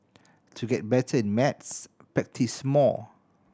to get better at maths practise more